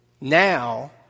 now